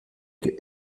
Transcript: que